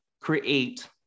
create